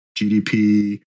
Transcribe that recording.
GDP